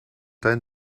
dein